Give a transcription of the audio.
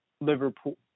Liverpool